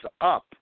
up